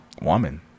woman